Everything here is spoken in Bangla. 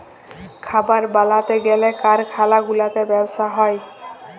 খাবার বালাতে গ্যালে কারখালা গুলাতে ব্যবসা হ্যয়